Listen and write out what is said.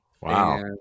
Wow